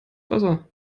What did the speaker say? wasser